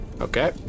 okay